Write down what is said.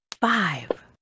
Five